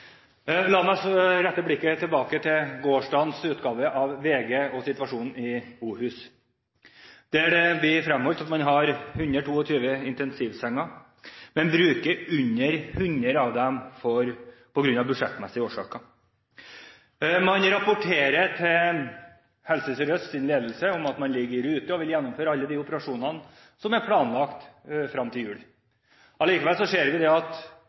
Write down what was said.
La meg rette blikket tilbake til gårsdagens utgave av VG og situasjonen ved Oslo universitetssykehus, der det blir fremholdt at man har 122 intensivsenger, men bruker under 100 av dem av budsjettmessige årsaker. Man rapporterer til Helse Sør-Østs ledelse at man ligger i rute og vil gjennomføre alle de operasjonene som er planlagt frem til jul. Allikevel ser vi at